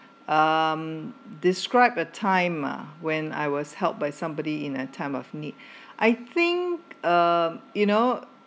um describe a time uh when I was helped by somebody in a time of need I think uh you know